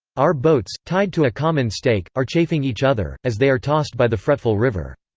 our boats, tied to a common stake, are chafing each other, as they are tossed by the fretful river.